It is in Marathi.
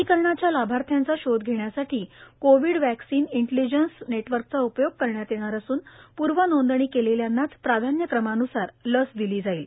लसीकरणाच्या लाभार्थ्यांचा शोध घेण्यासाठी कोविड वेंकसिन इंटेलीजंस नेटवर्कचा उपयोग करण्यात येणार असून पूर्व नौंदणी केलेल्यांनाच प्राधान्य क्रमानुसार लस दिली जाईल